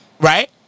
Right